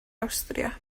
awstria